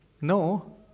No